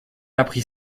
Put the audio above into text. apprit